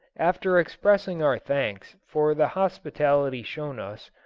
after expressing our thanks, for the hospitality shown us,